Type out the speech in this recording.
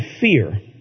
fear